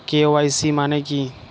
KYC মানে কী?